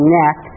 neck